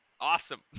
awesome